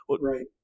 Right